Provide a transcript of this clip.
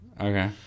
Okay